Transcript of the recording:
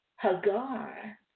Hagar